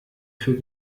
für